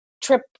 trip